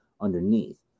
underneath